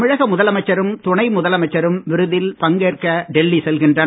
தமிழக முதலமைச்சரும் துணை முதலமைச்சரும் விருந்தில் பங்கேற்க டெல்லி செல்கின்றனர்